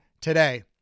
today